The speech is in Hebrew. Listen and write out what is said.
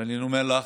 ואני אומר לך,